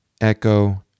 Echo